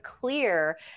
clear